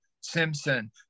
Simpson